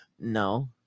No